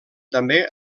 també